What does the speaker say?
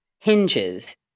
hinges